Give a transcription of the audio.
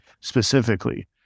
specifically